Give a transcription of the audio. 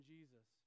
Jesus